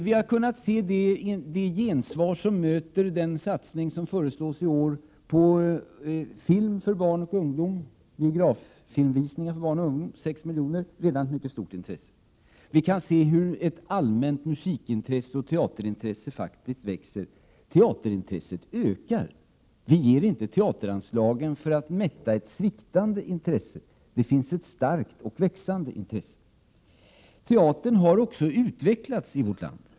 Vi har kunnat se ett mycket stort intresse som möter den satsning som föreslås i år på biograffilm för barn och ungdom för sex miljoner. Vi kan se hur ett allmänt intresse för musik och teater växer fram. Teaterintresset ökar. Vi ger inte teateranslagen för att mätta ett sviktande intresse. Det finns ett starkt och växande intresse. Teatern har också utvecklats i vårt land.